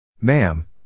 Ma'am